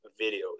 videos